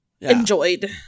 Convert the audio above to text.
enjoyed